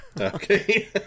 okay